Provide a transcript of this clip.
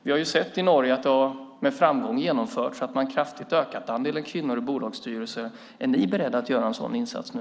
Vi har sett att det har genomförts med framgång i Norge. Man har kraftigt ökat andelen kvinnor i bolagsstyrelser. Är ni beredda att göra en sådan insats nu?